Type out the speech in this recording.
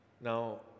now